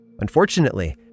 Unfortunately